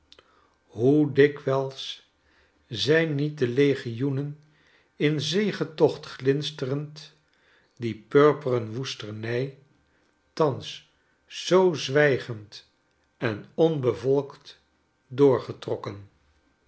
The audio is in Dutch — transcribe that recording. hoe dikwijls zijn niet de legioenen in zegetocht glinsterend die purperen woestenij thans zoo zwijgend en onbevolkt doorgetro'kken